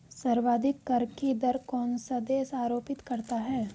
सर्वाधिक कर की दर कौन सा देश आरोपित करता है?